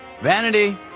Vanity